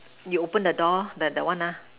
you open the door that one lah